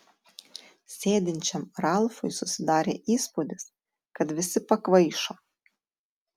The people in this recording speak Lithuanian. sėdinčiam ralfui susidarė įspūdis kad visi pakvaišo